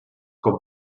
com